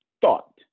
thought